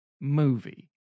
movie